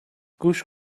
گوش